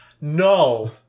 no